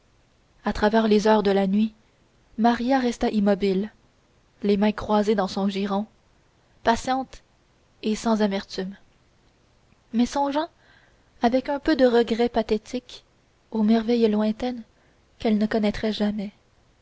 à travers les heures de la nuit maria resta immobile les mains croisées dans son giron patiente et sans amertume mais songeant avec un peu de regret pathétique aux merveilles lointaines qu'elle ne connaîtrait jamais